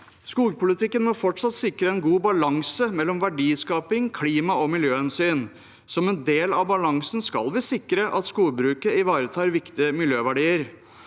Skogpolitikken må fortsatt sikre en god balanse mellom verdiskaping og klima- og miljøhensyn. Som en del av balansen skal vi sikre at skogbruket ivaretar viktige miljøverdier.